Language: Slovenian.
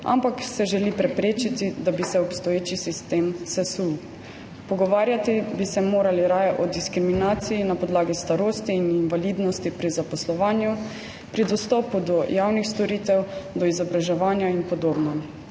ampak se želi preprečiti, da bi se obstoječi sistem sesul. Pogovarjati bi se morali raje o diskriminaciji na podlagi starosti in invalidnosti pri zaposlovanju, pri dostopu do javnih storitev, do izobraževanja in podobno.